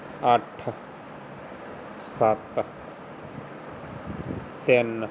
ਅੱਠ ਸੱਤ ਤਿੰਨ